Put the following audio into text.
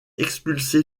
expulsé